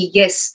yes